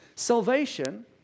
Salvation